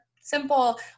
simple